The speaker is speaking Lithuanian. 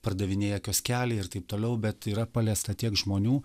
pardavinėja kioskelį ir taip toliau bet yra paliesta tiek žmonių